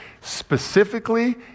specifically